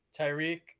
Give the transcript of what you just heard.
Tyreek